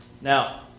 Now